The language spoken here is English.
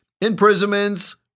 imprisonments